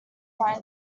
fine